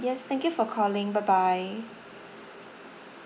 yes thank you for calling bye bye